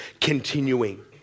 continuing